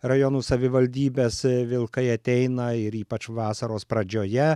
rajonų savivaldybes vilkai ateina ir ypač vasaros pradžioje